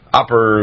upper